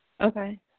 Okay